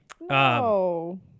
No